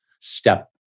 step